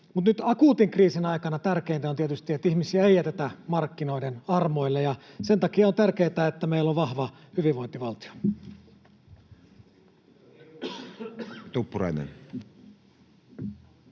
mutta nyt akuutin kriisin aikana tärkeintä on tietysti, että ihmisiä ei jätetä markkinoiden armoille, ja sen takia on tärkeätä, että meillä on vahva hyvinvointivaltio. [Speech